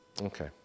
Okay